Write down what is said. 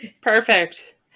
Perfect